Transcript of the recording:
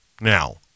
now